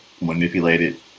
manipulated